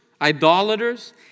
idolaters